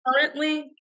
Currently